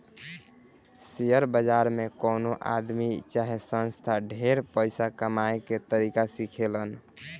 share बाजार से कवनो आदमी चाहे संस्था ढेर पइसा कमाए के तरीका सिखेलन